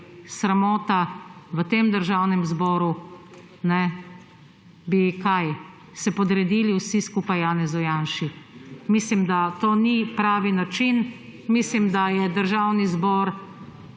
sramota v tem Državnem zboru, bi – kaj? Se podredili vsi skupaj Janezu Janši. Mislim, da to ni pravi način. Mislim, da je Državni zbor